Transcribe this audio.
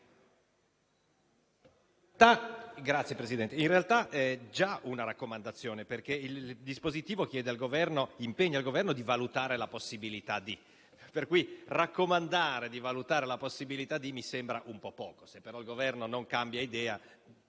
in realtà è già una raccomandazione perché il dispositivo impegna il Governo a «valutare la possibilità di». Pertanto, raccomandare di «valutare la possibilità di» mi sembra un po' poco. Se però il Governo non cambia idea,